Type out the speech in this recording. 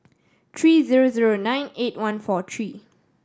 three zero zero nine eight one four three